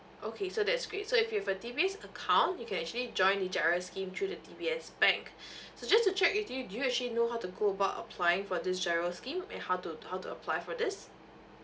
okay so that's great so if you've a D_B_S account you can actually join the GIRO scheme through the D_B_S bank so just to check with you do you actually know how to go about applying for this GIRO scheme and how to how to apply for this